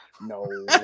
No